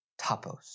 tapos